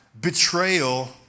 betrayal